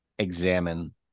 Examine